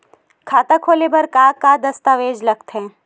खाता खोले बर का का दस्तावेज लगथे?